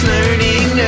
Learning